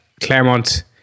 Claremont